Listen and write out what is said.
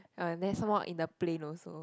uh then some more in the plane also